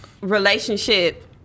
relationship